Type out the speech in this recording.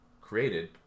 created